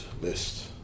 list